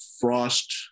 frost